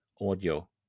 audio